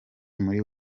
muri